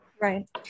Right